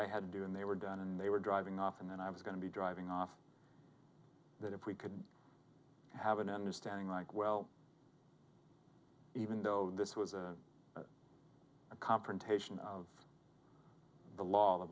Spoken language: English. i had to do and they were done and they were driving off and then i was going to be driving off that if we could have an understanding like well even though this was a confrontation of the law